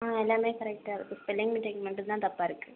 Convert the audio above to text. ஆ எல்லாமே கரெக்டாக இருக்கு ஸ்பெல்லிங் மிஸ்டேக் மட்டும்தான் தப்பாக இருக்கு